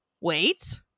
wait